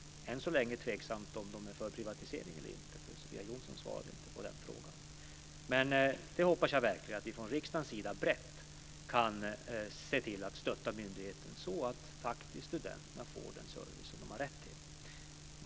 Än så är det tveksamt om de är för privatiseringen eller inte. Sofia Jonsson svarade inte på den frågan. Jag hoppas verkligen att vi från riksdagens sida brett kan se till att stötta myndigheten så att studenterna faktiskt får den service som de har rätt till.